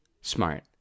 Smart